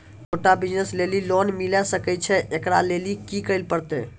छोटा बिज़नस लेली लोन मिले सकय छै? एकरा लेली की करै परतै